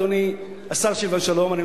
אדוני השר סילבן שלום.